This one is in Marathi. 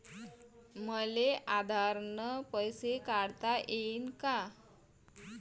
मले आधार न पैसे काढता येईन का?